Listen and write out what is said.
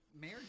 Mayor